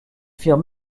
firent